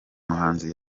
muhanzi